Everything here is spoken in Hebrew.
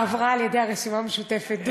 עברה על-ידי הרשימה המשותפת.